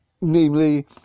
namely